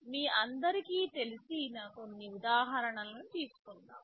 మీ అందరికీ తెలిసిన కొన్ని ఉదాహరణలు తీసుకుందాం